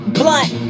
blunt